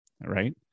right